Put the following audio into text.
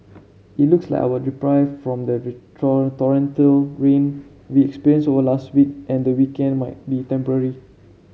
it looks like our reprieve from the torrential rain we experienced over last week and the weekend might be temporary